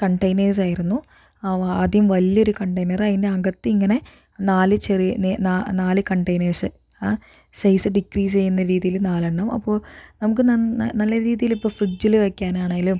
കണ്ടൈനേഴ്സായിരുന്നു അവ ആദ്യം വലിയൊരു കണ്ടൈനർ അതിനകത്തിങ്ങനെ നാലു ചെറിയ നാലു കണ്ടൈനേഴ്സ് സൈസ് ഡിക്രീസ് ചെയ്യുന്ന രീതിയില് നാലെണ്ണം അപ്പോൾ നമുക്ക് നന്ന നല്ല രീതിയില് ഇപ്പോൾ ഫ്രിഡ്ജില് വെക്കാനാണേലും